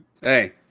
Hey